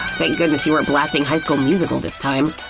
thank goodness you weren't blasting high school musical this time,